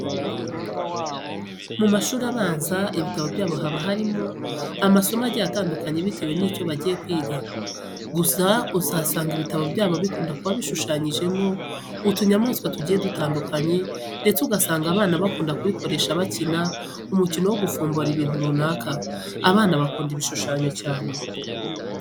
Mu mashuri abanza, ibitabo byabo haba harimo amasomo agiye atandukanye bietewe n'icyo bagiye kwiga. Gusa uzasanga ibitabo byabo bikunda kuba bishushanyijemo utunyamaswa tugiye dutandukanye ndetse ugasanga abana bakunda kubikoresha bakina umukino wo gufombora ibintu runaka. Abana bakunda ibishushanyo cyane.